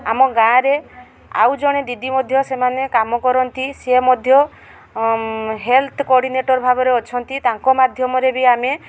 ଆମ ଗାଁରେ ଆଉ ଜଣେ ଦିଦି ମଧ୍ୟ ସେମାନେ କାମ କରନ୍ତି ସିଏ ମଧ୍ୟ ହେଲ୍ଥ କୋଡ଼ିନେଟର୍ ଭାବରେ ଅଛନ୍ତି ତାଙ୍କ ମାଧ୍ୟମରେ ବି ଆମେ